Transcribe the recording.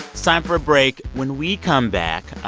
time for a break. when we come back,